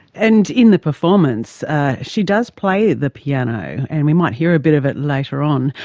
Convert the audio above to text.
and in the performance she does play the piano and we might hear a bit of it later on.